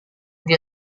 dia